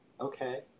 okay